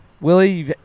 Willie